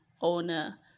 owner